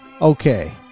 Okay